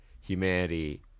humanity